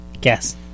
Guess